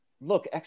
look